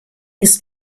ist